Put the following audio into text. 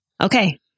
Okay